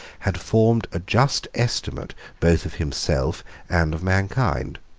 had formed a just estimate both of himself and of mankind